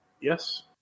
Yes